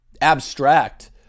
abstract